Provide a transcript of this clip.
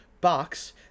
box